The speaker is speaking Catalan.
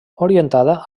orientada